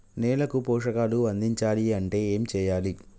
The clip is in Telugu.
నేలకు పోషకాలు అందించాలి అంటే ఏం చెయ్యాలి?